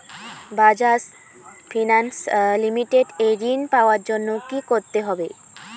Bajaj finance limited এ ঋন পাওয়ার জন্য কি করতে হবে?